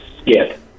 skip